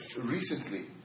recently